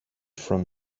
from